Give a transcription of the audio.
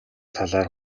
талаар